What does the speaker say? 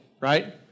right